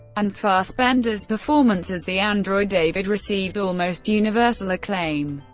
and fassbender's performance as the android david received almost universal acclaim.